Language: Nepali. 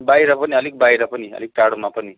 बाहिर पनि अलिक बाहिर पनि अलिक टाडोमा पनि